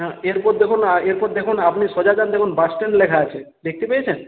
হ্যাঁ এরপর দেখুন এরপর দেখুন আপনি সোজা যান দেখুন বাসস্ট্যান্ড লেখা আছে দেখতে পেয়েছেন